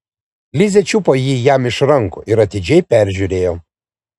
lizė čiupo jį jam iš rankų ir atidžiai peržiūrėjo